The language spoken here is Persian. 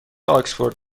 آکسفورد